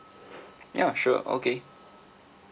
ya sure okay